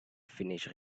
finished